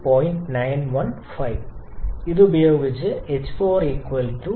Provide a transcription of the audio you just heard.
915 ഉപയോഗിച്ച് ℎ4 2380